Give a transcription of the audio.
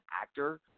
actor